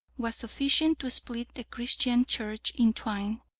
was sufficient to split the christian church in twain,